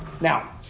Now